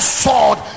sword